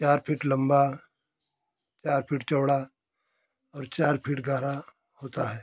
चार फिट लम्बा चार फिट चौड़ा और चार फिट गहरा होता है